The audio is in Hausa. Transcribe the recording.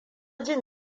jin